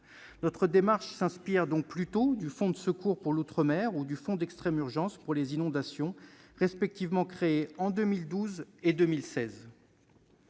Notre démarche s'inspire plutôt du Fonds de secours pour l'outre-mer ou du fonds d'extrême urgence pour les sinistrés des inondations, respectivement créés en 2012 et 2016.